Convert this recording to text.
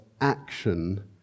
action